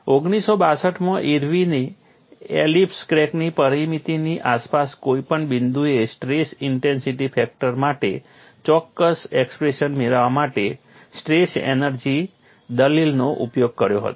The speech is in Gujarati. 1962 માં ઇર્વિને એલિપ્સ ક્રેકની પરિમિતિની આસપાસના કોઇ પણ બિંદુએ સ્ટ્રેસ ઇન્ટેન્સિટી ફેક્ટર માટે ચોક્કસ એક્સપ્રેશન મેળવવા માટે સ્ટ્રેસ એનર્જી દલીલોનો ઉપયોગ કર્યો હતો